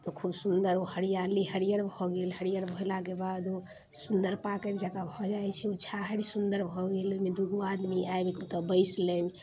तऽ खूब सुन्दर ओ हरिआली हरिअर भऽ गेल हरिअर भेलाके बाद ओ सुन्दर पाकरि जकाँ भऽ जाइत छै ओ छाहरि सुन्दर भऽ गेल ओहिमे दू गो आदमी आबि कऽ ओतऽ बैसलै